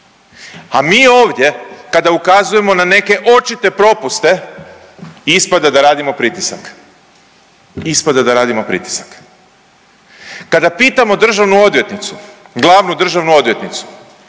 a mi ovdje kada ukazujemo na neke očite propuste ispada da radimo pritisak, ispada da radimo pritisak. Kada pitamo državnu odvjetnicu, glavnu državnu odvjetnicu